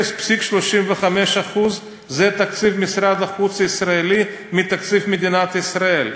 0.35% זה תקציב משרד החוץ הישראלי מתקציב מדינת ישראל.